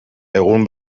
egun